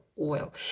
oil